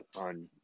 on